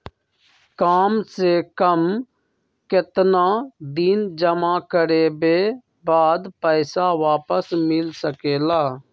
काम से कम केतना दिन जमा करें बे बाद पैसा वापस मिल सकेला?